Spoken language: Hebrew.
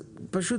פשוט,